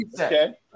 okay